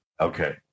Okay